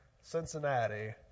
Cincinnati